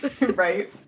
Right